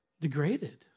degraded